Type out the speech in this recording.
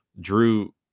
Drew